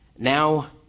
Now